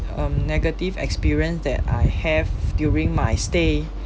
um negative experience that I have during my stay